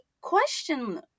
question